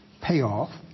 payoff